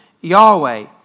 Yahweh